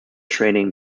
training